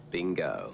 Bingo